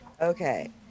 Okay